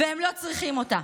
והם לא צריכים אותה.